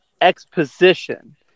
Exposition